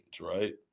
right